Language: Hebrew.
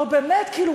לא, באמת, כאילו,